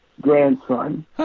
grandson